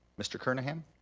mr. kernahan?